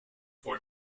for